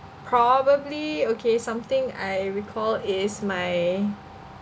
probably okay something I recall is my